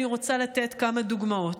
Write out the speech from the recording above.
אני רוצה לתת כמה דוגמאות.